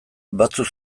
batzuk